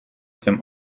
them